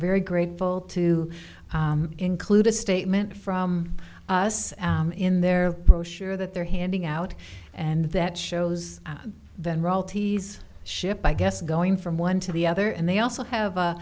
very grateful to include a statement from us in their brochure that they're handing out and that shows the role tees ship i guess going from one to the other and they also have a